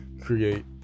create